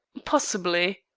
possibly.